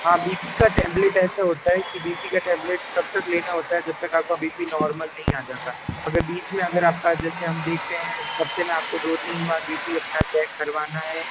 हाँ B P का tablet ऐसा होता है कि बी पी का टैबलेट तब तक लेना होता है जब तक आपका बी पी नार्मल नहीं आ जाता अगर बीच में अगर आपका जैसे हम देखते हैं हफ़्ते में आपको दो तीन बार बी पी अपना चेक करवाना है